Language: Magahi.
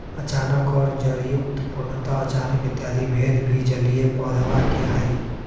अचानक और जड़युक्त, पूर्णतः अचानक इत्यादि भेद भी जलीय पौधवा के हई